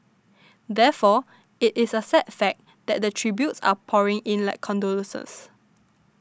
therefore it is a sad fact that the tributes are pouring in like condolences